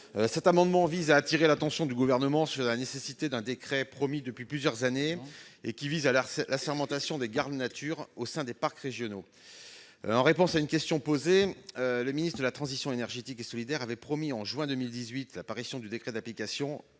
Cet amendement vise à appeler l'attention du Gouvernement sur la nécessité d'un décret, promis depuis plusieurs années, visant à l'assermentation des gardes nature au sein des parcs régionaux. En juin 2018, en réponse à une question posée, le ministre de la transition écologique et solidaire avait promis ce décret d'application